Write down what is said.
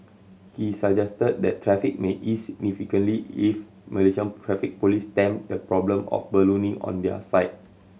he suggested that traffic may ease significantly if Malaysian Traffic Police stem the problem of ballooning on their side